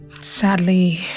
Sadly